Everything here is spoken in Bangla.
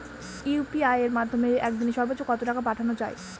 ইউ.পি.আই এর মাধ্যমে এক দিনে সর্বচ্চ কত টাকা পাঠানো যায়?